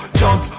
jump